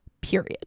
period